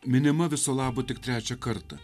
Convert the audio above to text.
minima viso labo tik trečią kartą